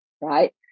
right